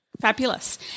Fabulous